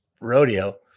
rodeo